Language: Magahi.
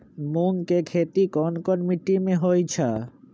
मूँग के खेती कौन मीटी मे होईछ?